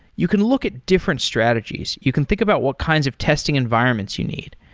you can look at different strategies. you can think about what kinds of testing environments you need.